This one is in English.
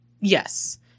yes